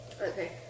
Okay